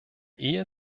ehe